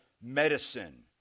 medicine